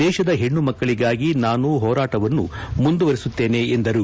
ದೇಶದ ಹೆಣ್ಣು ಮಕ್ಕಳಿಗಾಗಿ ನಾನು ಹೋರಾಟವನ್ನು ಮುಂದುವರಿಸುತ್ತೇನೆ ಎಂದರು